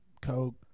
coke